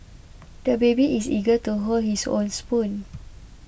the baby is eager to hold his own spoon